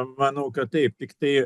manau kad taip tiktai